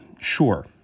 sure